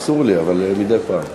אסור לי, אבל מדי פעם.